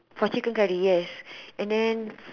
for chicken curry yes and then